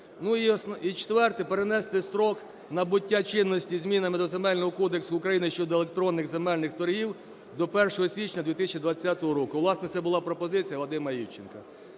і четверте. Перенести строк набуття чинності змінами до Земельного кодексу України щодо електронних земельних торгів до 1 січня 2020 року. Власне, це була пропозиція Вадима Івченка.